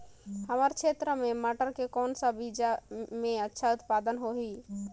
हमर क्षेत्र मे मटर के कौन सा बीजा मे अच्छा उत्पादन होही?